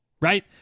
right